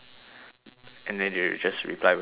and then they will just reply with a awkward oh